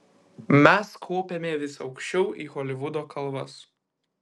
mes kopėme vis aukščiau į holivudo kalvas